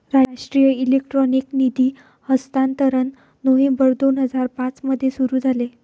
राष्ट्रीय इलेक्ट्रॉनिक निधी हस्तांतरण नोव्हेंबर दोन हजार पाँच मध्ये सुरू झाले